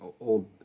old